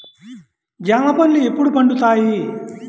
జామ పండ్లు ఎప్పుడు పండుతాయి?